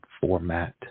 format